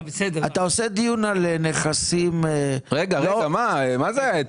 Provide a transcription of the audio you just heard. אתה עושה דיון על נכסים --- רגע, מה זה?